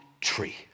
tree